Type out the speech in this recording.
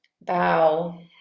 bow